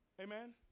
Amen